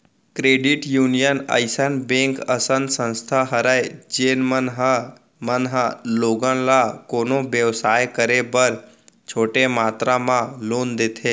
credit union अइसन bank असन संस्था हरय जेन मन ह मन ह लोगन ल कोनो बेवसाय करे बर छोटे मातरा म लोन देथे